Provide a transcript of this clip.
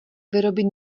vyrobit